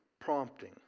Prompting